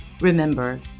Remember